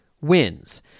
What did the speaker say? wins